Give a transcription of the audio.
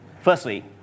Firstly